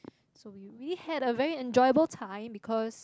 so we really had a very enjoyable time because